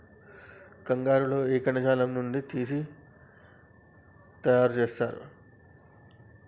కంగారు లో ఏ కణజాలం నుండి తీసి తయారు చేస్తారు?